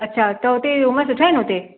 अछा त हुते रूम सुठा आहिनि हुते